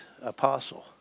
apostle